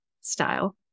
style